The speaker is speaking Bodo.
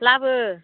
लाबो